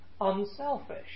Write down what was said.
unselfish